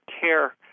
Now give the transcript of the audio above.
care